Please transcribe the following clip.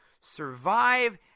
survive